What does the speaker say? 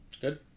Good